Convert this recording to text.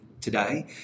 today